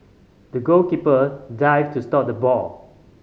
the goalkeeper dived to stop the ball